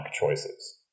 choices